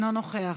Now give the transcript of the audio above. אינו נוכח.